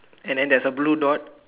and then there's a blue dot